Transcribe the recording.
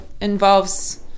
involves